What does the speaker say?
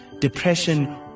depression